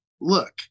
look